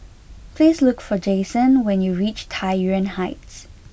please look for Jasen when you reach Tai Yuan Heights